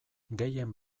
gehien